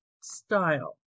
style